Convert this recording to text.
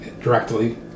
directly